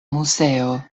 muzeo